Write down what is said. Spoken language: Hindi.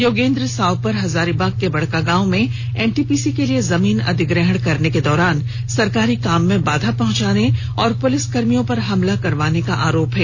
योगेन्द्र साव पर हजारीबाग के बडकागांव में एनटीपीसी के लिए जमीन अधिग्रहण करने के दौरान सरकारी काम में बाधा पहुंचाने और पुलिसकर्मियों पर हमला करवाने का आरोप है